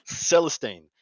celestine